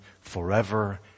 forever